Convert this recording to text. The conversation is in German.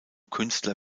künstler